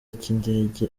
cy’indege